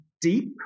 deep